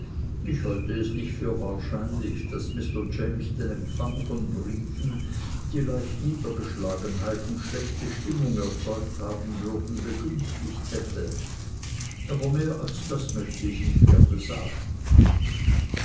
ich halte es nicht für wahrscheinlich daß mr james den empfang von briefen die leicht niedergeschlagenheit und schlechte stimmung erzeugt haben würden begünstigt hätte aber mehr als das möchte ich nicht gerne sagen